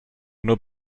nur